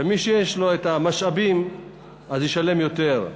ומי שיש לו את המשאבים ישלם יותר.